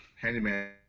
handyman